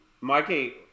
Mikey